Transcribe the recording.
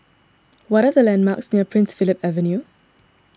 what are the landmarks near Prince Philip Avenue